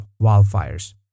wildfires